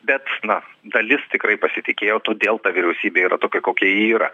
bet na dalis tikrai pasitikėjo todėl ta vyriausybė yra tokia kokia ji yra